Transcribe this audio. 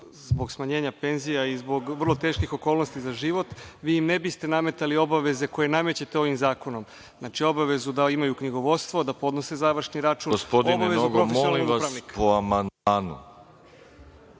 zbog smanjenja penzija i zbog vrlo teških okolnosti za život, vi im ne biste nametali obaveze koje namećete ovim zakonom. Znači, obavezu da imaju knjigovodstvo, da podnose završni račun… **Đorđe Milićević**